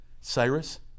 Cyrus